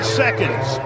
seconds